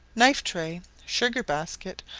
knife-tray, sugar-basket,